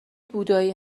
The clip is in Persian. بودایی